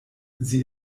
sie